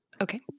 Okay